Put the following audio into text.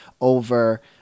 over